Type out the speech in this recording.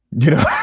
you know,